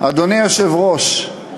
אדוני היושב-ראש,